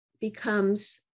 becomes